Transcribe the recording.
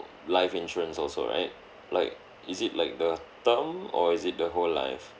life insurance also right like is it like the term or is it the whole life